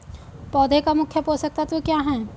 पौधे का मुख्य पोषक तत्व क्या हैं?